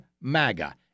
MAGA